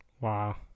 Wow